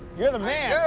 you're the man.